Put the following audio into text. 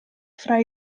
fra